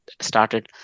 started